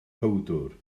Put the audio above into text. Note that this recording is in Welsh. powdwr